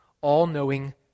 all-knowing